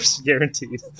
guaranteed